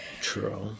true